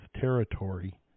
territory